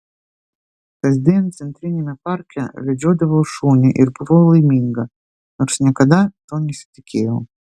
kasdien centriniame parke vedžiodavau šunį ir buvau laiminga nors niekada to nesitikėjau